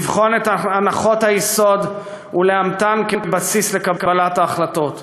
לבחון את הנחות היסוד ולאמתן כבסיס לקבלת ההחלטות.